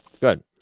Good